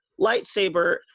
lightsaber